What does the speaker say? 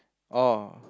oh